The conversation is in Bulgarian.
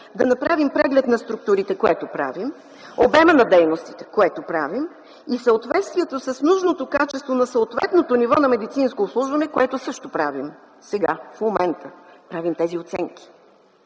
да направим преглед на структурите, което правим, обемът на дейностите, което правим, и съответствието с нужното качество на съответното ниво на медицинско обслужване, което също правим. Сега, в момента, правим тези оценки.